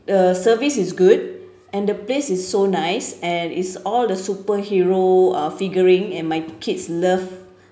the service is good and the place is so nice and it's all the superhero uh figurine and my kids love